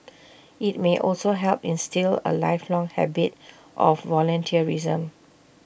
IT may also help instil A lifelong habit of volunteerism